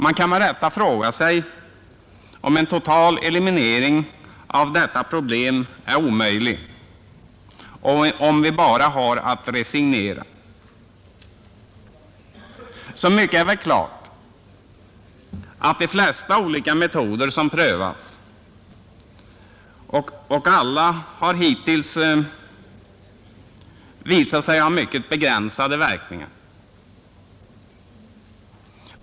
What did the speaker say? Man kan med rätta fråga sig om en total eliminering av detta problem är omöjlig och om vi bara har att resignera. Så mycket är väl klart att de flesta olika metoder har prövats och att alla hittills har visat sig ha mycket begränsade verkningar.